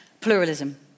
pluralism